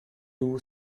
two